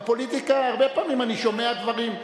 בפוליטיקה אני שומע הרבה פעמים דברים.